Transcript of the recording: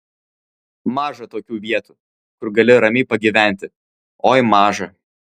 maža tokių vietų kur gali ramiai pagyventi oi maža